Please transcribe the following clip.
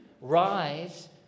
Rise